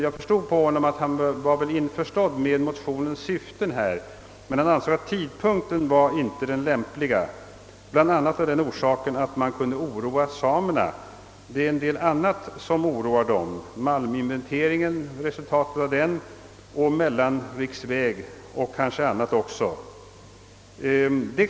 Jag förstår att han accepterar motionens syfte men att han inte anser tidpunkten lämplig, bl.a. av den orsaken att man kunde oroa samerna. Det finns andra saker som oroar dem — resultatet av malminventeringen, mellanriksvägen och kanske också annat.